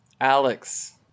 Alex